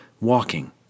walking